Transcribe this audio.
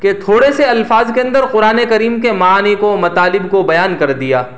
کہ تھوڑے سے الفاظ کے اندر قرآن کریم کے معانی کو مطالب کو بیان کر دیا